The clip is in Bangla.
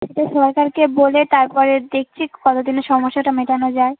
সেটা সরকারকে বলে তারপরে দেখছি কতো দিনে সমস্যাটা মেটানো যায়